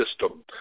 system